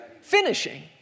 Finishing